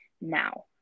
now